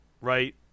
right